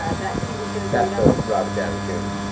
ah that he was getting faster robert downey junior